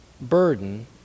burden